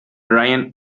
ryan